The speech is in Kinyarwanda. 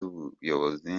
ubuyobozi